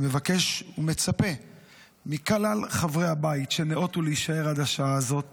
אני מבקש ומצפה מכלל חברי הבית שניאותו להישאר עד השעה הזאת